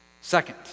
Second